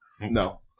No